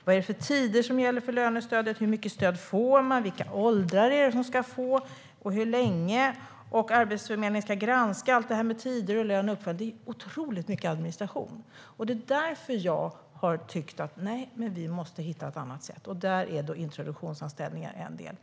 Man ska veta vilka tider som gäller för lönestödet, hur mycket stöd man får, vilka åldrar som ska få och hur länge. Arbetsförmedlingen ska granska allt detta med tider, löner och uppföljning. Det är otroligt mycket administration. Det är därför jag har tyckt att vi måste hitta ett annat sätt, och där är introduktionsanställningar en del